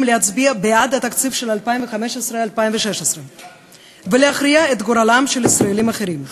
להצביע בעד התקציב של 2015 2016 ולהכריע את גורלם של ישראלים אחרים,